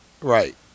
right